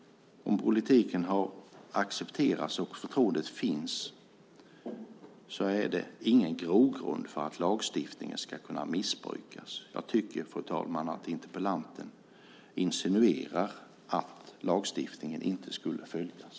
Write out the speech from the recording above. Om politiken har accepterats och det finns ett förtroende finns ingen grogrund för att lagstiftningen ska kunna missbrukas. Jag tycker, fru talman, att interpellanten insinuerar att lagstiftningen inte skulle följas.